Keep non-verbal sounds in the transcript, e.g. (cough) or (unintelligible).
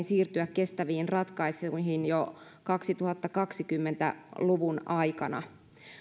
(unintelligible) siirtyä kestäviin ratkaisuihin jo kaksituhattakaksikymmentä luvun aikana